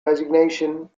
resignation